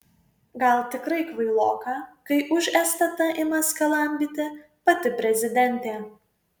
gal tikrai kvailoka kai už stt ima skalambyti pati prezidentė